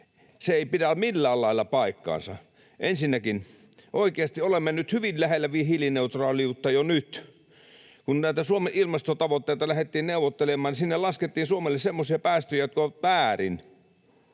Se ei pidä millään lailla paikkaansa. Ensinnäkin: Oikeasti olemme hyvin lähellä hiilineutraaliutta jo nyt. [Petri Huru: Juuri näin!] Kun näitä Suomen ilmastotavoitteita lähdettiin neuvottelemaan, niin sinne laskettiin Suomelle semmoisia päästöjä, jotka ovat väärin.